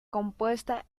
compuesta